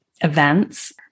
events